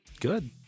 good